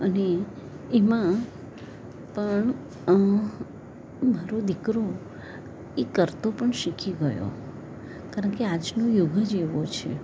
અને એમાં પણ મારો દીકરો એ કરતો પણ શીખી ગયો કારણ કે આજનો યુગ જ એવો છે